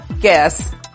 guess